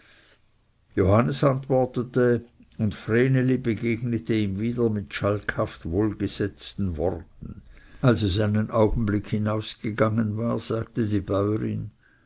johannes antwortete und vreneli begegnete ihm wieder mit schalkhaft wohlgesetzten worten als es einen augenblick hinausgegangen war sagte die bäurin